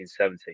1970